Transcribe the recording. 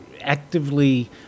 actively